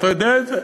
אתה יודע את זה?